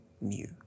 new